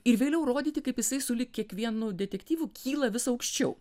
ir vėliau rodyti kaip jisai sulig kiekvienu detektyvu kyla vis aukščiau